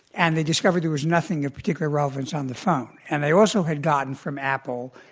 and they discovered there was nothing of particular relevance on the phone. and they also had gotten from apple,